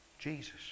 Jesus